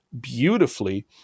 beautifully